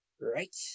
Right